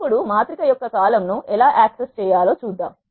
ఇప్పుడు మాత్రిక యొక్క కాలమ్ ను ఎలా యాక్సెస్ చేయాలో చూద్దాం